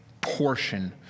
portion